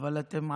אבל אתם מעצמה.